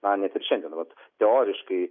na net ir šiandien vat teoriškai